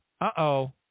uh-oh